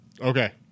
okay